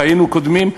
חיינו קודמים,